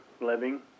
living